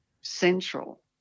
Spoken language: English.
central